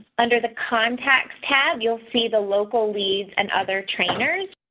under the contacts tab you'll see the local leads and other trainers